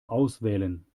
auswählen